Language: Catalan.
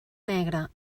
negre